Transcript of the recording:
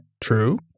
True